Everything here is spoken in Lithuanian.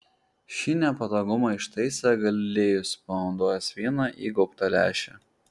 šį nepatogumą ištaisė galilėjus panaudojęs vieną įgaubtą lęšį